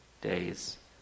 days